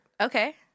Okay